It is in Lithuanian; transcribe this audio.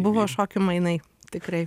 buvo šokių mainai tikrai